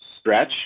stretch